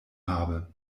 habe